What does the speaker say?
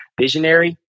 visionary